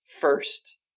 first